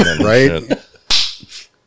Right